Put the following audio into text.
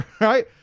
right